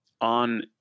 on